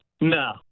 No